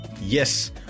Yes